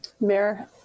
Mayor